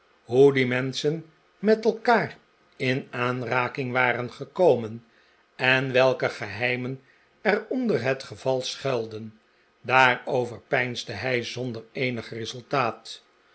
die menschen met elkaar in aanraking waren gekomen en welke geheimen er onder het geval schuilden daarover peinsde hij zonder eenig resultaat